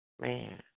Man